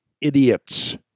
idiots